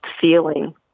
feeling